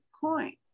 coin